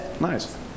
Nice